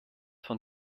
von